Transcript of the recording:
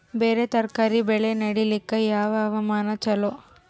ಬೇರ ತರಕಾರಿ ಬೆಳೆ ನಡಿಲಿಕ ಯಾವ ಹವಾಮಾನ ಚಲೋ?